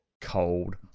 Cold